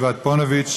פוניבז'